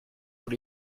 tous